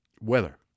weather